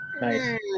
Nice